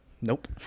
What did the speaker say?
Nope